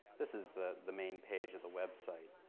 this is the the main page of the website,